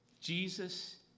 Jesus